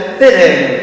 fitting